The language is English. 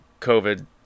covid